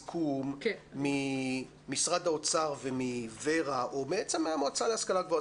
בסיכום ממשרד האוצר ומוור"ה או בעצם מהמועצה להשכלה גבוהה,